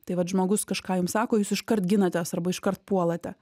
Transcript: tai vat žmogus kažką jums sako jūs iškart ginatės arba iš kart puolate